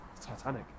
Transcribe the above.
Titanic